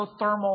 geothermal